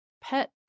Pet